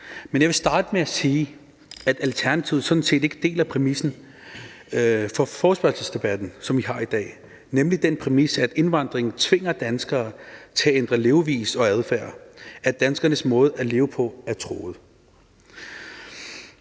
men jeg vil starte med at sige, at Alternativet sådan set ikke deler præmissen for forespørgselsdebatten, som vi har i dag – nemlig den præmis, at indvandring tvinger danskere til at ændre levevis og adfærd, at danskernes måde at leve på er truet.